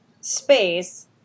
space